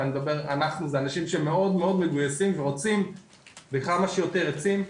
ואני מדבר אנחנו זה אנשים שמאוד מגויסים שרוצים בכמה שיותר עצים.